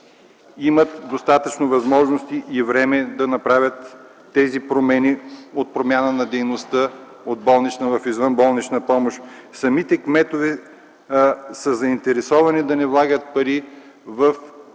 имат достатъчно възможности и време да направят промяна на дейността от болнична в извънболнична помощ. Самите кметове са заинтересовани да не влагат пари в болнични